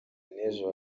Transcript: n’ejo